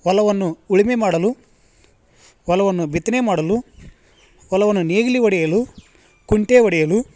ಹೊಲವನ್ನು ಉಳುಮೆ ಮಾಡಲು ಹೊಲವನ್ನು ಬಿತ್ತನೆ ಮಾಡಲು ಹೊಲವನ್ನು ನೇಗಿಲು ಹೊಡೆಯಲು ಕುಂಟೆ ಹೊಡೆಯಲು